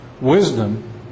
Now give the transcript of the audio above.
wisdom